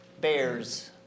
bears